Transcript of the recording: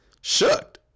shook